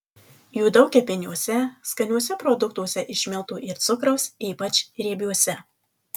jų daug kepiniuose skaniuose produktuose iš miltų ir cukraus ypač riebiuose